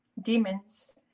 demons